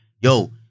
Yo